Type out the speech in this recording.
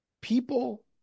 People